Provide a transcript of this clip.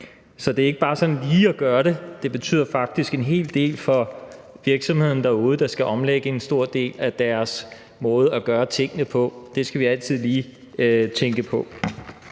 Så det er ikke bare sådan lige at gøre det; det betyder faktisk en hel del for virksomhederne derude, der skal omlægge en stor del af deres måde at gøre tingene på. Det skal vi altid lige tænke på.